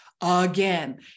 again